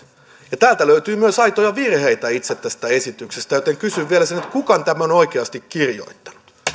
ja täältä löytyy myös aitoja virheitä itse tästä esityksestä joten kysyn vielä kuka tämän on oikeasti kirjoittanut